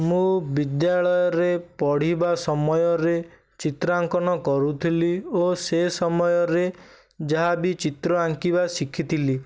ମୁଁ ବିଦ୍ୟାଳୟରେ ପଢ଼ିବା ସମୟରେ ଚିତ୍ରାଙ୍କନ କରୁଥିଲି ଓ ସେ ସମୟରେ ଯାହାବି ଚିତ୍ର ଆଙ୍କିବା ଶିଖିଥିଲି